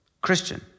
Christian